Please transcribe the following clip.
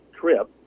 trip